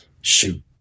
shoot